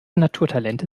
naturtalente